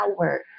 hour